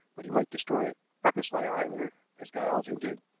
but he might destroy it purposely either, as giles hinted,